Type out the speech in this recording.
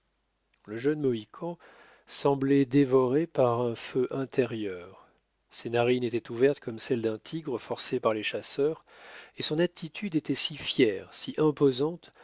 le jeune mohican semblait dévoré par un feu intérieur ses narines étaient ouvertes comme celles d'un tigre forcé par les chasseurs et son attitude était si fière si imposante